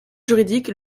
juridique